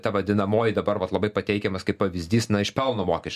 ta vadinamoji dabar vat labai pateikiamas kaip pavyzdys na iš pelno mokesčio